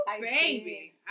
Baby